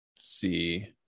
See